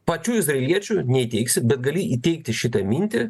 pačių izraeliečių neįteigsi begali įteigti šitą mintį